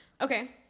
Okay